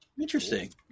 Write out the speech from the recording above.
Interesting